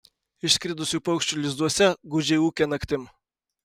išskridusių paukščių lizduose gūdžiai ūkia naktim